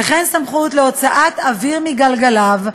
וכן סמכות להוצאת אוויר מגלגליו,